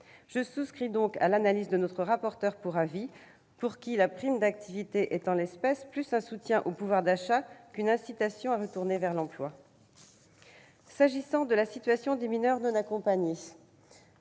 Je souscris donc à l'analyse de notre collègue, pour lequel la prime d'activité, en l'espèce, est plus un soutien au pouvoir d'achat qu'une incitation à retourner vers l'emploi. S'agissant de la situation des mineurs non accompagnés,